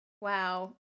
Wow